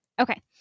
Okay